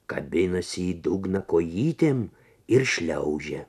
kabinasi į dugną kojytėm ir šliaužia